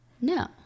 No